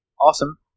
awesome